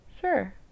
Sure